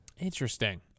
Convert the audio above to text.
Interesting